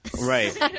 Right